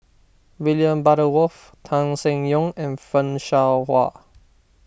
William Butterworth Tan Seng Yong and Fan Shao Hua